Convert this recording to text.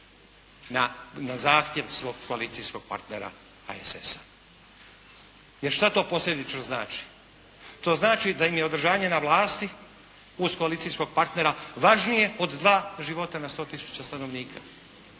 na zahtjev svog koalicijskog partnera HSS-a. Jer, šta to posljedično znači? To znači da im je održanje vlasti uz koalicijskog partnera važnije od 2 života na 100 tisuća stanovnika.